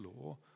law